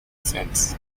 scents